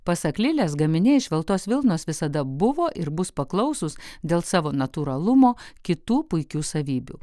pasak lilės gaminiai iš veltos vilnos visada buvo ir bus paklausūs dėl savo natūralumo kitų puikių savybių